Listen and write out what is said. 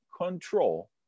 control